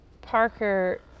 Parker